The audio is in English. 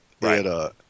Right